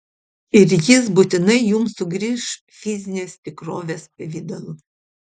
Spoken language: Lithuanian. ir jis būtinai jums sugrįš fizinės tikrovės pavidalu